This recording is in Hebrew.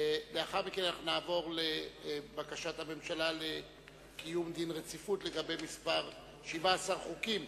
לאחר מכן נעבור לבקשת הממשלה לקיום דין רציפות לגבי 17 חוקים.